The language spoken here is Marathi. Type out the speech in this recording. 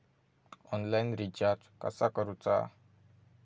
ऑनलाइन रिचार्ज कसा करूचा?